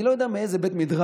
אני לא יודע מאיזה בית מדרש